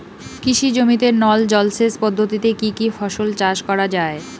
কৃষি জমিতে নল জলসেচ পদ্ধতিতে কী কী ফসল চাষ করা য়ায়?